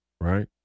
right